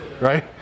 right